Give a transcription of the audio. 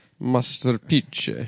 Masterpiece